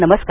नमस्कार